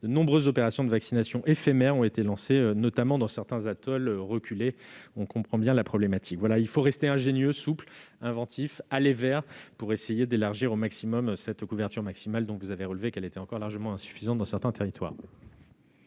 de nombreuses opérations de vaccination éphémères ont été lancées, notamment dans certains atolls reculés. Il faut rester ingénieux, souple et inventif pour essayer d'élargir au maximum cette couverture vaccinale, dont vous avez relevé qu'elle était encore largement insuffisante dans certains territoires.